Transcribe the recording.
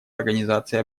организации